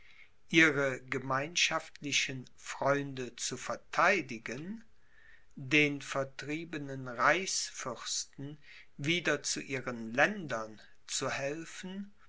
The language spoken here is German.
ihre gemeinschaftlichen freunde zu vertheidigen den vertriebenen reichsfürsten wieder zu ihren ländern zu helfen